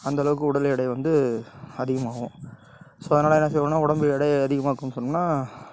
அந்த அளவுக்கு உடல் எடை வந்து அதிகமாவும் ஸோ அதனால் என்ன செய்வோம்னா உடம்பு எடையை அதிகமாக்கும் சொன்னோம்னா